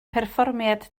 perfformiad